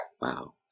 Wow